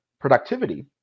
productivity